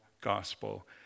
gospel